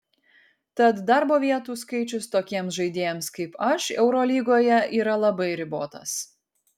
tad darbo vietų skaičius tokiems žaidėjams kaip aš eurolygoje yra labai ribotas